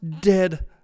dead